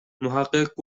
محقق